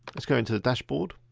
let's go into the dashboard.